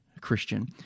Christian